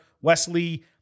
Wesley